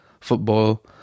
football